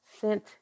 sent